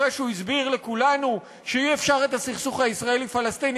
אחרי שהוא הסביר לכולנו שאי-אפשר את הסכסוך הישראלי פלסטיני,